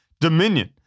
dominion